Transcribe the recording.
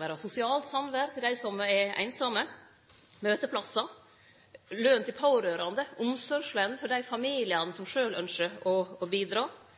vere sosialt samvere for dei som er einsame, møteplassar, løn til pårørande, omsorgsløn for dei familiane som